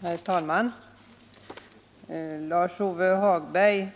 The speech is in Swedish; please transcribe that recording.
Herr talman! Lars-Ove Hagberg